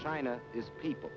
china is people